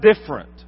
different